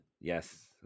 Yes